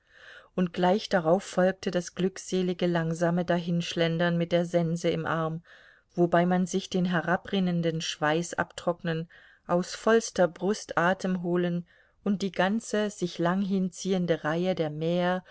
und gleich darauf folgte das glückselige langsame dahinschlendern mit der sense im arm wobei man sich den herabrinnenden schweiß abtrocknen aus vollster brust atem holen und die ganze sich lang hinziehende reihe der mäher